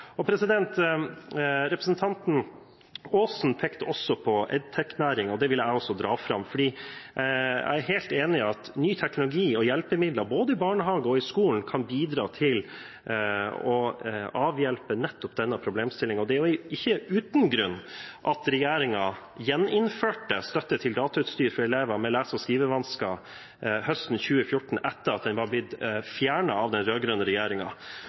Representanten Aasen pekte også på EdTech-læring. Det vil jeg også dra fram, fordi jeg er helt enig i at ny teknologi og nye hjelpemidler både i barnehagen og i skolen kan bidra til å avhjelpe nettopp denne problemstillingen, og det er ikke uten grunn at regjeringen gjeninnførte støtte til datautstyr for elever med lese- og skrivevansker høsten 2014, etter at den var blitt fjernet av den